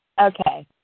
Okay